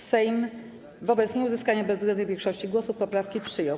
Sejm wobec nieuzyskania bezwzględnej większości głosów poprawki przyjął.